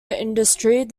industry